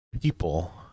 people